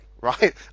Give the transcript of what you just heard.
right